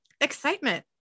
excitement